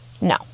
No